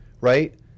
right